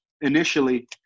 initially